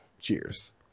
Cheers